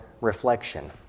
reflection